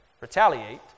retaliate